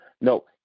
No